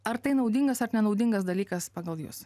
ar tai naudingas ar nenaudingas dalykas pagal jus